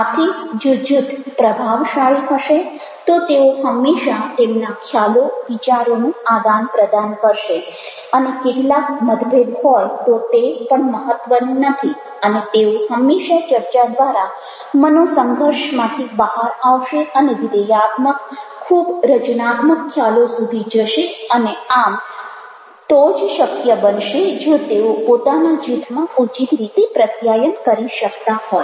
આથી જો જૂથ પ્રભાવશાળી હશે તો તેઓ હંમેશા તેમના ખ્યાલો વિચારોનું આદાન પ્રદાન કરશે અને કેટલાક મતભેદ હોય તો તે પણ મહત્ત્વનું નથી અને તેઓ હંમેશા ચર્ચા દ્વારા મનોસંઘર્ષમાંથી બહાર આવશે અને વિધેયાત્મક ખૂબ રચનાત્મક ખ્યાલો સુધી જશે અને આમ તો જ શક્ય બનશે જો તેઓ પોતાના જૂથમાં ઉચિત રીતે પ્રત્યાયન કરી શકતા હોય